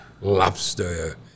Lobster